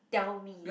tell me